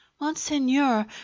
Monseigneur